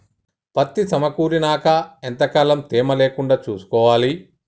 పత్తి సమకూరినాక ఎంత కాలం తేమ లేకుండా చూసుకోవాలి?